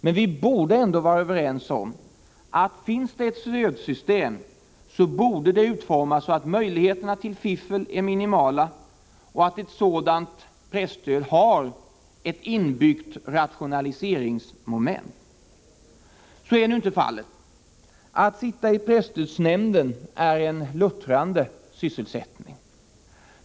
Men vi borde ändå kunna vara överens om att finns det ett stödsystem bör det utformas så att möjligheterna till fiffel är minimala och att ett presstöd har ett inbyggt rationaliseringsmoment. Så är nu inte fallet. Att sitta i presstödsnämnden är en luttrande sysselsättning.